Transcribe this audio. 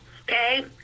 okay